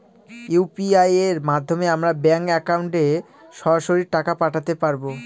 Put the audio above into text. UPI এর মাধ্যমে আমরা ব্যাঙ্ক একাউন্টে সরাসরি টাকা পাঠাতে পারবো?